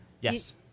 Yes